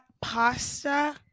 pasta